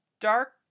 dark